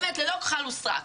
באמת, ללא כחל ושרק.